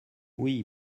oui